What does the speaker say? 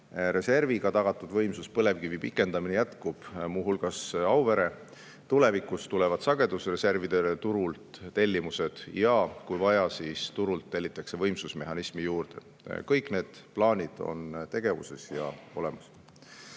reserviga tagatud võimsus, põlevkivi pikendamine jätkub, muu hulgas Auvere. Tulevikus tulevad sagedusreservidele turult tellimused ja kui vaja, siis tellitakse turult võimsusmehhanismi juurde. Kõik need plaanid on tegevuses ja olemas.